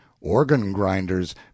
organ-grinders